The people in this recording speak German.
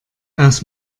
aus